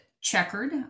checkered